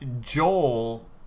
Joel